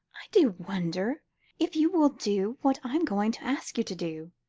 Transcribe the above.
i do wonder if you will do what i am going to ask you to do?